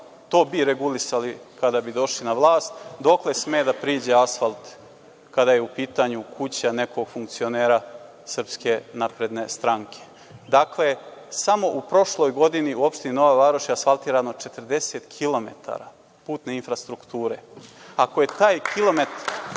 regulisali kada bi došli na vlast, dokle sme da priđe asfalt kada je u pitanju kuća nekog funkcionera SNS. Dakle, samo u prošloj godini u opštini Nova Varoš je asfaltirano 40 kilometara putne infrastrukture. Ako je taj kilometar